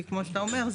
כי כמו שאתה אומר,